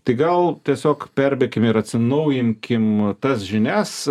tai gal tiesiog perbėkime ir atsinaujinkim tas žinias